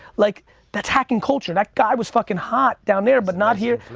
like that's hacking culture. that guy was fucking hot down there but not here.